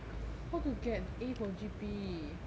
how to get A for G_P